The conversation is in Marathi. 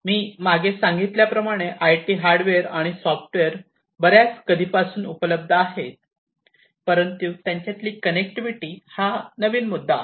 मी मागे सांगितल्याप्रमाणे आय टी हार्डवेअर आणि सॉफ्टवेअर बऱ्याच कधीपासून उपलब्ध आहे परंतु त्यांच्यातली कनेक्टिविटी हा नवीन मुद्दा आहे